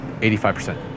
85%